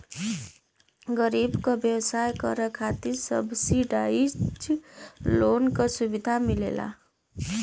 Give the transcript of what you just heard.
गरीब क व्यवसाय करे खातिर सब्सिडाइज लोन क सुविधा मिलला